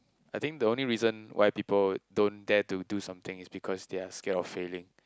I think the only reason why people don't dare to do something is because they are scared of failing